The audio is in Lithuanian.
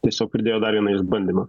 tiesiog pridėjo dar vieną išbandymą